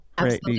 right